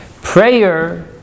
Prayer